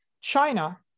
China